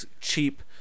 cheap